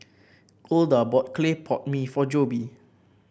Golda bought Clay Pot Mee for Jobe